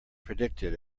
predicted